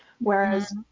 Whereas